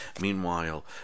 Meanwhile